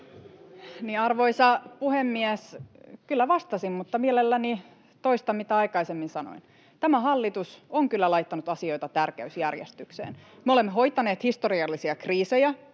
Arvoisa puhemies! Kyllä vastasin, mutta mielelläni toistan, mitä aikaisemmin sanoin: Tämä hallitus on kyllä laittanut asioita tärkeysjärjestykseen. Me olemme hoitaneet historiallisia kriisejä